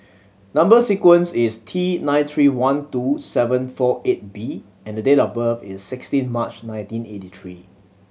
number sequence is T nine three one two seven four eight B and the date of birth is sixteen March nineteen eighty three